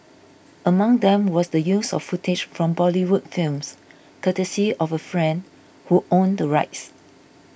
among them was the use of footage from Bollywood films courtesy of a friend who owned the rights